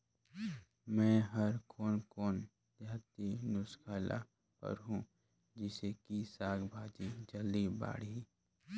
मै हर कोन कोन देहाती नुस्खा ल करहूं? जिसे कि साक भाजी जल्दी बाड़ही?